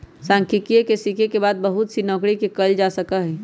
सांख्यिकी के सीखे के बाद बहुत सी नौकरि के कइल जा सका हई